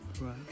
Right